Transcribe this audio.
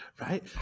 Right